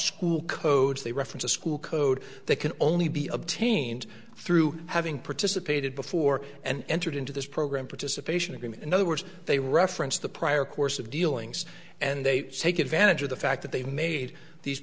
school codes they reference a school code they can only be obtained through having participated before and entered into this program participation agreement in other words they referenced the prior course of dealings and they take advantage of the fact that they made these